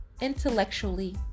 intellectually